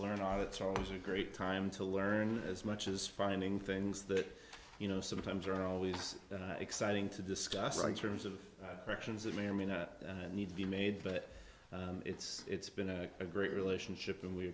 learn on it's always a great time to learn as much as finding things that you know sometimes are always exciting to discuss writers of corrections that may or may not need to be made but it's it's been a great relationship and we